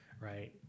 Right